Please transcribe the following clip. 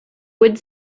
would